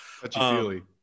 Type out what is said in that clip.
Touchy-feely